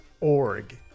.org